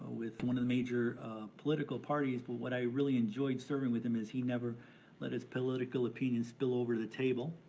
with one of the major political parties, but what i really enjoyed serving with him is he never let his political opinions spill over the table.